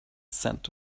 scent